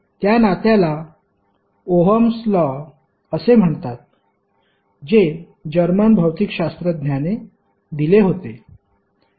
त्या नात्याला Ohm's law असे म्हणतात जे जर्मन भौतिकशास्त्रज्ञाने दिले होते